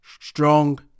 strong